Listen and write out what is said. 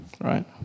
right